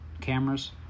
cameras